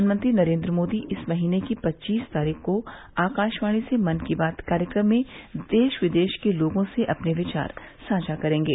प्रधानमंत्री नरेन्द्र मोदी इस महीने की पच्चीस तारीख को आकाशवाणी से मन की बात कार्यक्रम में देश विदेश के लोगों से अपने विचार साझा करेंगे